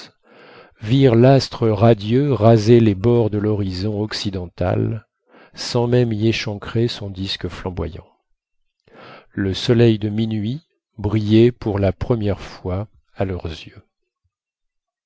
virent l'astre radieux raser les bords de l'horizon occidental sans même y échancrer son disque flamboyant le soleil de minuit brillait pour la première fois à leurs yeux